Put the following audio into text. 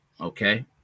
okay